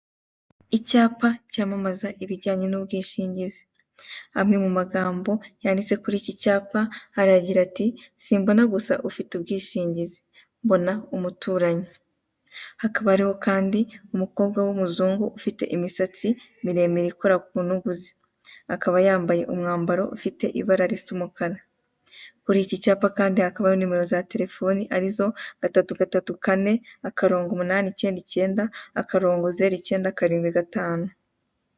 Icyapa cyamamaza ibijyanye n'ubwishingizi amwe mu magambo yanditse kuri iki cyapa aragira ati:" Simbona gusa ufite ubwishingizi mbona umuturanyi hakaba hariho kandi umukobwa w'umuzungu ufite imisatsi miremire ikora ku ntugu ze akaba yambaye umwambaro ufite ibara risa umukara kuriki cyapa kandi hakaba hariho nimero za telefone arizo gatatu, gatatu, kane, akarongo, umunani, icyenda, icyenda, akarongo, zeru, icyenda, karindwi, gatanu."